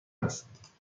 است